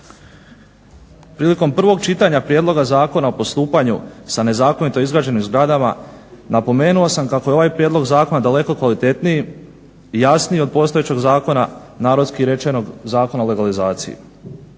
Prilikom prvog čitanja prijedloga Zakona o postupanju sa nezakonito izgrađenim zgradama, napomenuo sam kako je ovaj prijedlog zakona daleko kvalitetniji i jasniji od postojećeg zakona, na hrvatski rečeno Zakona o legalizaciji.